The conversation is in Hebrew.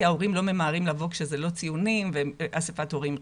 ההורים לא ממהרים לבוא כשזה לא ציונים ואסיפת הורים רשמית.